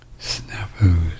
snafus